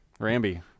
Rambi